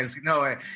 No